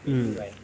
hmm